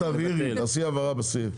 תעשי העברה בסעיף,